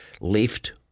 left